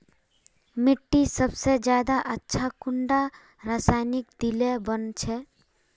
मिट्टी सबसे ज्यादा अच्छा कुंडा रासायनिक दिले बन छै?